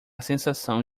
sensação